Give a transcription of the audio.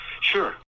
Sure